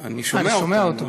אני שומע אותו.